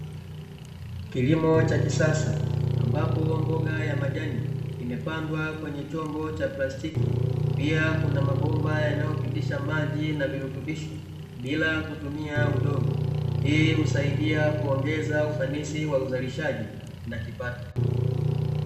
Kilimo cha kisasa ambapo mboga ya majani imepandwa kwenye chombo cha plastiki, pia kuna mabomba yanayopitisha maji na virutubisho bila kutumia udongo, hii husaidia kuongeza ufanisi wa uzalishaji na kipato.